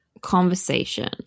conversation